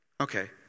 Okay